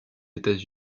états